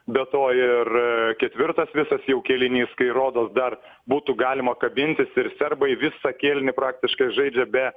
be to ir ketvirtas visas jau kėlinys kai rodos dar būtų galima kabintis ir serbai visą kėlinį praktiškai žaidžia be